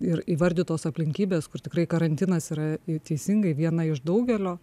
ir įvardytos aplinkybės kur tikrai karantinas yra teisingai viena iš daugelio